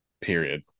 Period